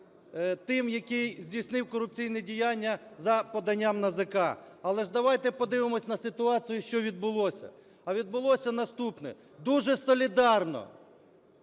тим, який здійснив корупційні діяння за поданням НАЗК. Але ж давайте подивимось на ситуацію, що відбулося. А відбулося наступне. Дуже солідарно